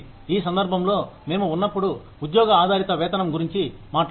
ఈ సందర్భంలో మేము ఉన్నప్పుడు ఉద్యోగ ఆధారిత వేతనం గురించి మాట్లాడండి